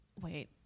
Wait